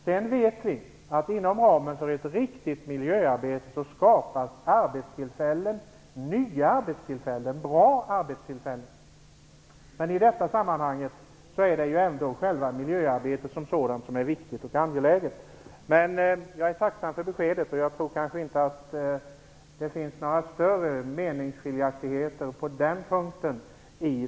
Vi vet att inom ramen för ett riktigt miljöarbete skapas nya och bra arbetstillfällen. Men i detta sammanhang är det ändå själva miljöarbetet som är viktigt och angeläget. Jag är tacksam för beskedet. Jag tror kanske inte att det finns några större meningsskiljaktigheter på den punkten.